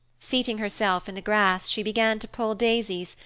seating herself in the grass, she began to pull daisies,